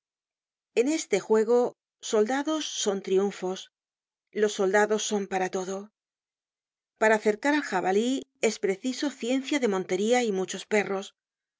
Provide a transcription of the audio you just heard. en este juego soldados son triunfos los soldados son para todo para cercar al javalí es preciso ciencia de montería y muchos perros